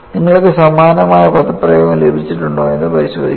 നിങ്ങൾക്ക് സമാനമായ പദപ്രയോഗം ലഭിച്ചിട്ടുണ്ടോയെന്ന് പരിശോധിക്കുക